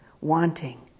wanting